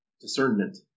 discernment